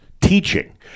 teaching